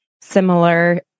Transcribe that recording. similar